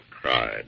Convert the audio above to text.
cried